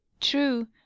true